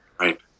Right